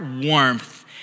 warmth